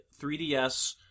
3DS